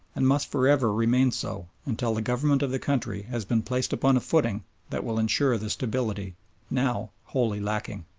and must for ever remain so until the government of the country has been placed upon a footing that will ensure the stability now wholly lacking.